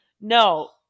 No